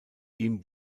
ihm